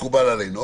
מקובל עלינו.